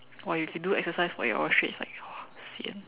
!wah! you can do exercise for eight hours straight like !wah! sian